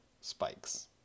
spikes